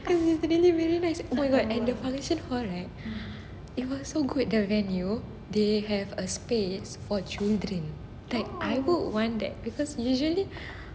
cause it's really very nice oh my god and the function hall right it was so good the venue they have a space for children like I would want that because usually